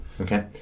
Okay